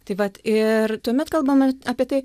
tai vat ir tuomet kalbame apie tai